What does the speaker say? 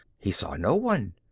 he saw no one.